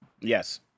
Yes